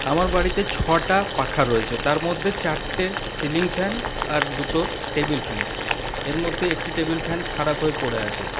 আমার বাড়িতে ছটা পাখা রয়েছে তার মধ্যে চারটে সিলিং ফ্যান আর দুটো টেবিল ফ্যান এর মধ্যে একটি টেবিল ফ্যান খারাপ হয়ে পড়ে আছে